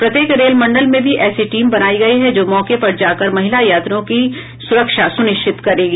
प्रत्येक रेल मंडल में भी ऐसी टीम बनाई गई है जो मौके पर जाकर महिला यात्रियों की सुरक्षा सुनिश्चित करेगी